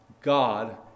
God